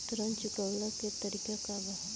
ऋण चुकव्ला के तरीका का बा?